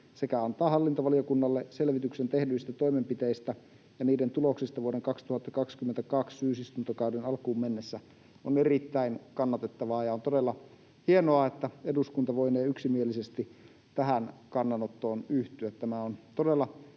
sekä antaa hallintovaliokunnalle selvityksen tehdyistä toimenpiteistä ja niiden tuloksista vuoden 2022 syysistuntokauden alkuun mennessä.” On erittäin kannatettavaa ja on todella hienoa, että eduskunta voinee yksimielisesti tähän kannanottoon yhtyä.